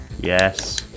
Yes